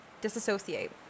disassociate